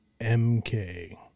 MK